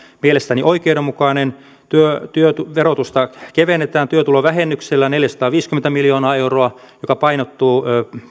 mielestäni oikeudenmukainen työn työn verotusta kevennetään työtulovähennyksellä neljäsataaviisikymmentä miljoonaa euroa joka painottuu